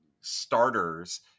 starters